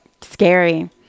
Scary